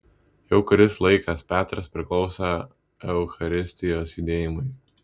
jau kuris laikas petras priklauso eucharistijos judėjimui